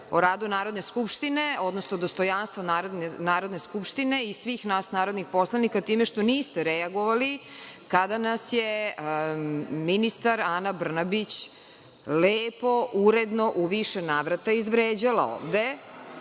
o radu Narodne skupštine, odnosno dostojanstvo Narodne skupštine i svih nas narodnih poslanika time što niste reagovali kada nas je ministar Ana Brnabić lepo, uredno u više navrata izvređala ovde. Neću